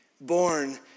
born